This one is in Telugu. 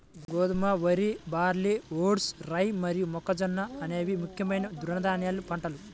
గోధుమ, వరి, బార్లీ, వోట్స్, రై మరియు మొక్కజొన్న అనేవి ముఖ్యమైన తృణధాన్యాల పంటలు